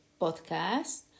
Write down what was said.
podcast